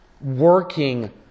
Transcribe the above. working